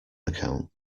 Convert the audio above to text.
account